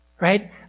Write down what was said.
right